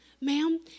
Ma'am